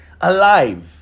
alive